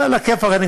עלא כיפאק.